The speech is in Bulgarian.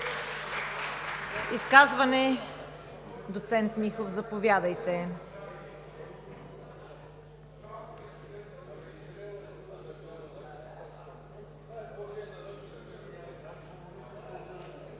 Изказване? Доцент Михов, заповядайте.